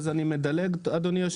אז אני מדלג אדוני היושב-ראש.